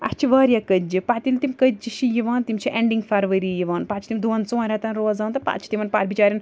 اسہِ چھِ واریاہ کٔتجہِ پَتہٕ ییٚلہِ تِم کٔتجہِ چھِ یِوان تِم چھِ ایٚنٛڈِنٛگ فرؤری یِوان پَتہٕ چھِ تِم دۄن ژۄن ریٚتَن روزان تہٕ پَتہٕ چھِ تِمَن پَتہٕ بچاریٚن